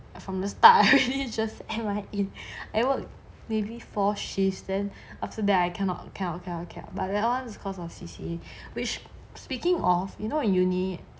from the start I really just and I like I work maybe four shifts then after that I cannot cannot cannot cannot but that one cause of C_C_A which speaking of you know in uni